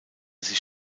sich